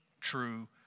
true